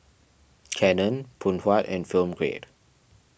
Canon Phoon Huat and Film Grade